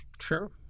Sure